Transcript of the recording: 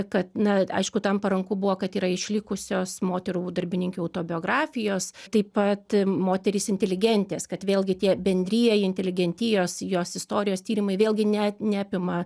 kad na aišku tam paranku buvo kad yra išlikusios moterų darbininkių autobiografijos taip pat moterys inteligentės kad vėlgi tie bendrieji inteligentijos jos istorijos tyrimai vėlgi net neapima